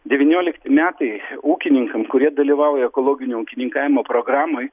devyniolikti metai ūkininkam kurie dalyvauja ekologinio ūkininkavimo programoj